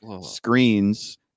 screens